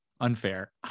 unfair